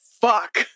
fuck